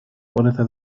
puerta